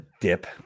dip